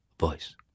voice